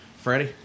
Freddie